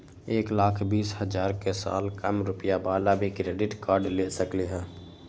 एक लाख बीस हजार के साल कम रुपयावाला भी क्रेडिट कार्ड ले सकली ह?